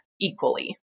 Equally